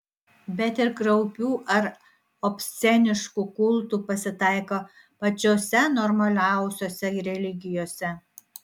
bet ir kraupių ar obsceniškų kultų pasitaiko pačiose normaliausiose religijose